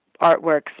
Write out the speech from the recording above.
artworks